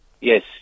Yes